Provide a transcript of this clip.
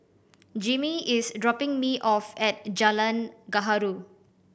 Jimmy is dropping me off at Jalan Gaharu